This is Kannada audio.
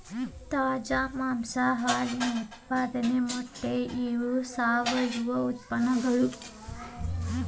ತಾಜಾ ಮಾಂಸಾ ಹಾಲಿನ ಉತ್ಪಾದನೆ ಮೊಟ್ಟೆ ಇವ ಸಾವಯುವ ಉತ್ಪನ್ನಗಳು